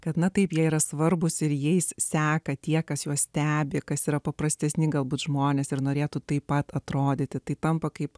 kad na taip jie yra svarbūs ir jais seka tie kas juos stebi kas yra paprastesni galbūt žmonės ir norėtų taip pat atrodyti tampa kaip